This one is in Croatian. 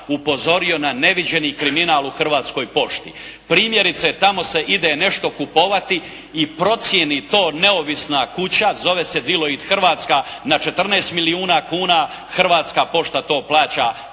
upozorio na neviđeni kriminal u Hrvatskoj pošti. Primjerice, tamo se ide nešto kupovati i procjeni to neovisna kuća, zove se "Diolid Hrvatska" na 14 milijuna kuna Hrvatska pošta to plaća